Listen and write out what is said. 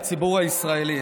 לציבור הישראלי.